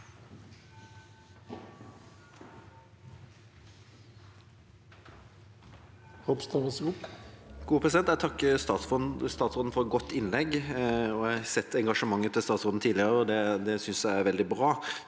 Ropstad (KrF) Jeg takker statsråden for et godt innlegg. Jeg har sett engasjementet til statsråden tidligere, og jeg synes det er veldig bra.